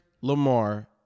Lamar